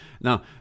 Now